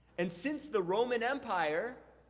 and since the roman empire,